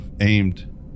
aimed